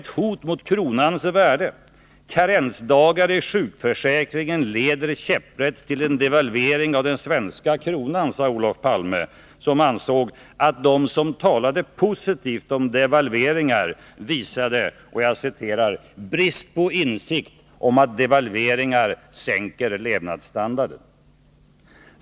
ett hot mot kronans värde; karensdagar i sjukförsäkringen leder käpprätt till en devalvering av den svenska kronan, sade Olof Palme, som ansåg att de som talade positivt om devalveringar visade ”brist på insikt om att devalveringar sänker levandsstandarden”.